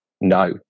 no